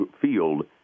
field